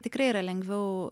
tikrai yra lengviau